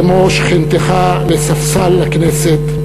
כמו שכנתך לספסל הכנסת,